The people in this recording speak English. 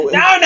no